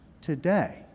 today